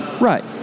Right